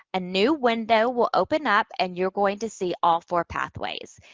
a new window will open up, and you're going to see all four pathways.